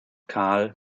kahl